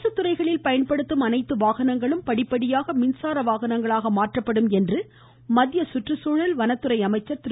அரசுத்துறைகளில் பயன்படுத்தும் அனைத்து வாகனங்களும் படிப்படியாக மின்சார வாகனங்களாக மாற்றப்படும் என்று மத்திய சுற்றுச்சூழல் வனத்துறை அமைச்சா் திரு